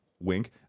Wink